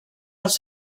dels